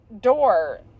door